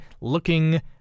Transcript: looking